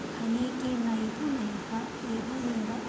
अनेके नैपुणेव एवमेव